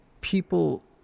people